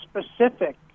specific